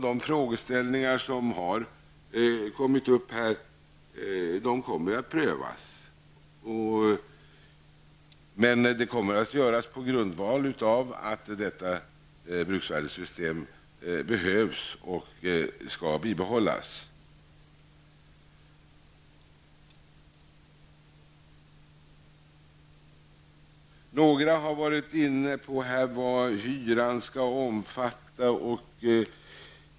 De frågor som här har kommit upp kommer att prövas av kommittén, men det kommer att ske på grundval av att detta bruksvärdessystem behövs och skall bibehållas. Några talare har varit inne på vad hyran skall omfatta.